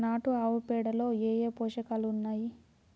నాటు ఆవుపేడలో ఏ ఏ పోషకాలు ఉన్నాయి?